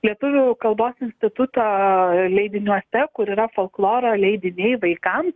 lietuvių kalbos instituto leidiniuose kur yra folkloro leidiniai vaikam